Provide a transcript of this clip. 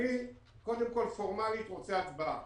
אני, קודם כול, פורמלית, רוצה הצבעה.